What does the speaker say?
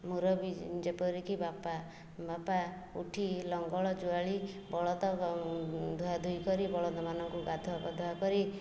ମୁରବୀ ଯେପରିକି ବାପା ବାପା ଉଠି ଲଙ୍ଗଳ ଜୁଆଳି ବଳଦ ଧୁଆ ଧୁଇ କରି ବଳଦମାନଙ୍କୁ ଗାଧୁଆ ପାଧୁଆ କରି